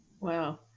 Wow